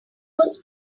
was